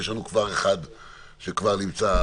יש לנו אחד שכבר נמצא,